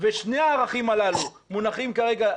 כשאנחנו מבקשים את עמדתה,